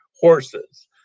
horses